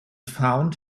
found